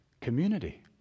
community